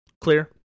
Clear